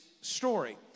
story